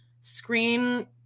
screen